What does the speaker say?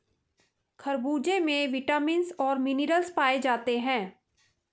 खरबूजे में विटामिन और मिनरल्स पाए जाते हैं